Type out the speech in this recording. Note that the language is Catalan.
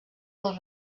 del